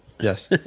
Yes